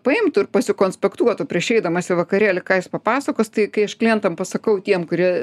paimtų ir pasikonspektuotų prieš eidamas į vakarėlį ką jis papasakos tai kai aš klientam pasakau tiem kurie